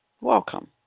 Welcome